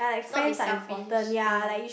not be selfish mm